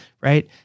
right